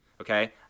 Okay